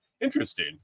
Interesting